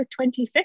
26